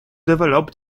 develop